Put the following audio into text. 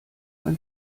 ein